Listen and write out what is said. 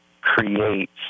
creates